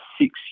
six